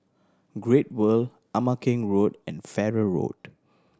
Great World Ama Keng Road and Farrer Road